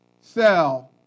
sell